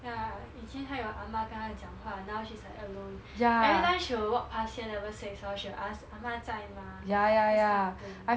ya 以前还有阿嬤跟她讲话 now she's like alone everytime she will walk past here level six hor she will ask 阿嬤在 mah those kind of thing